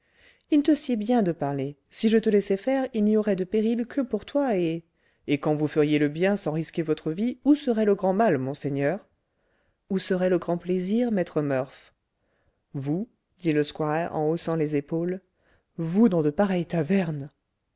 il te sied bien de parler si je te laissais faire il n'y aurait de péril que pour toi et et quand vous feriez le bien sans risquer votre vie où serait le grand mal monseigneur où serait le grand plaisir maître murph vous dit le squire en haussant les épaules vous dans de pareilles tavernes